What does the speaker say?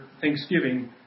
Thanksgiving